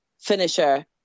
finisher